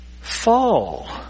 fall